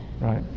right